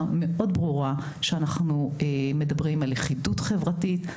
מאוד ברורה שאנחנו מדברים על לכידות חברתית,